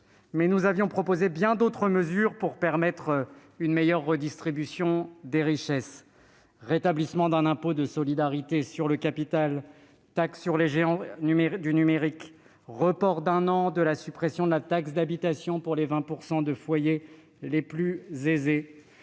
mais nous avions proposé bien d'autres mesures pour permettre une meilleure redistribution des richesses : rétablissement d'un impôt de solidarité sur le capital, taxe sur les géants du numérique, report d'un an de la suppression de la taxe d'habitation pour les 20 % de foyers les plus aisés,